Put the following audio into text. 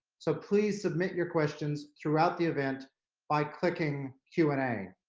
so please submit your questions throughout the event by clicking q and a.